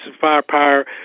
firepower